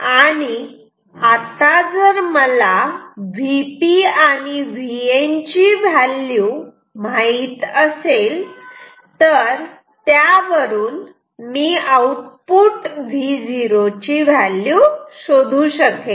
आणि आता जर मला Vp आणि Vn ची व्हॅल्यू माहित असेल तर त्यावरून मी आउटपुट Vo ची व्हॅल्यू शोधू शकेल